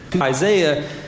isaiah